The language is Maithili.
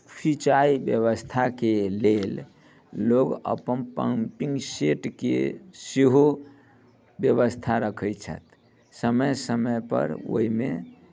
सिंचाइ व्यवस्थाके लेल लोक अपन पम्पिंग सेटके सेहो व्यवस्था रखैत छथि समय समयपर ओहिमे